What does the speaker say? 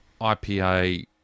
IPA